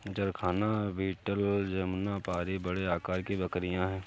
जरखाना बीटल जमुनापारी बड़े आकार की बकरियाँ हैं